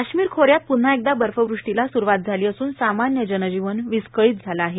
काश्मीर खोऱ्यात प्रव्हा एकदा बर्फवृष्टीला सुरूवात झाली असून सामाव्य जनजीवन विस्कळीत झालं आहे